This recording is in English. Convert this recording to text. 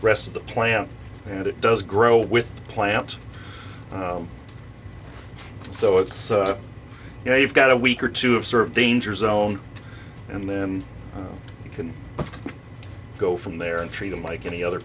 rest of the plant and it does grow with plant so it's you know you've got a week or two of sort of danger zone and then you can go from there and treat them like any other